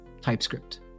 TypeScript